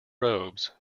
robes